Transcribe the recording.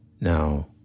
Now